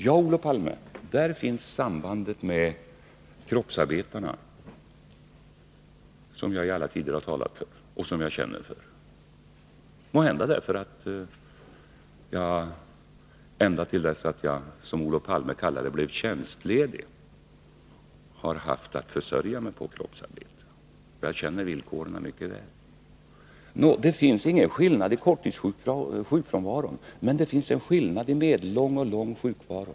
Ja, Olof Palme, där finns sambandet med kroppsarbetarna, som jag i alla tider har talat för och som jag känner för — måhända därför att jag ända till dess att jag blev, som Olof Palme kallar det, tjänstledig har haft att försörja mig på kroppsarbete. Jag känner alltså mycket väl till villkoren. Det finns ingen skillnad i korttidsfrånvaron, men det finns en skillnad i medellång och lång sjukfrånvaro.